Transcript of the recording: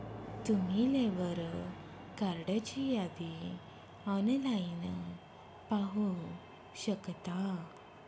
तुम्ही लेबर कार्डची यादी ऑनलाइन पाहू शकता